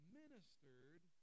ministered